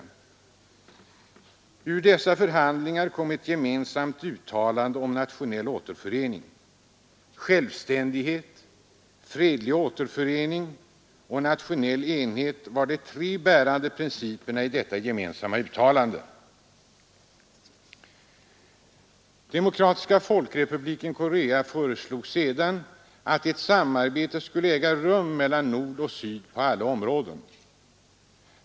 De förhandlingarna resulterade i ett gemensamt uttalande om nationell återförening. Självständighet, fredlig återförening och nationell enhet var de tre bärande principerna i detta gemensamma uttalande. Demokratiska folkrepubliken Korea föreslog sedan att ett samarbete skulle etableras mellan nord och syd på alla områden.